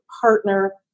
partner